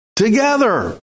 together